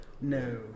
No